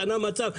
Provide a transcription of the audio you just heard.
השתנה המצב,